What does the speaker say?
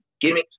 gimmicks